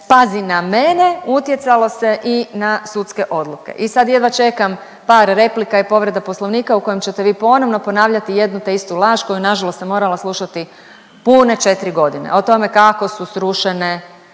pazi na mene“ utjecalo se i na sudske odluke i sad jedva čekam par replika i povreda Poslovnika u kojem ćete vi ponovno ponavljati jednu te istu laž koju nažalost sam morala slušati pune 4.g. o tome kako su srušene